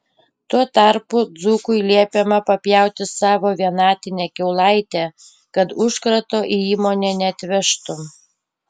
tuo tarpu dzūkui liepiama papjauti savo vienatinę kiaulaitę kad užkrato į įmonę neatvežtų